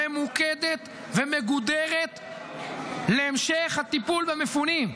ממוקדת ומגודרת להמשך הטיפול במפונים,